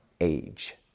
age